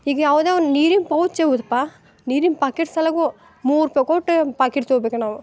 ಈಗ ಯಾವುದೇ ಒಂದು ನೀರಿನ ಪೌಚ್ ಉಗ್ದಪ್ಪಾ ನೀರಿನ ಪಾಕೆಟ್ ಸಲಗು ಮೂರು ರೂಪಾಯಿ ಕೊಟ್ಟು ಪಾಕೆಟ್ ತಗೊಬೇಕಾ ನಾವು